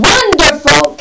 Wonderful